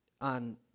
on